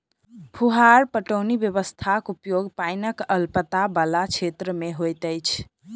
फुहार पटौनी व्यवस्थाक उपयोग पाइनक अल्पता बला क्षेत्र मे होइत अछि